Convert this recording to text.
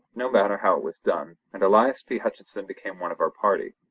no matter how, it was done and elias p. hutcheson became one of our party.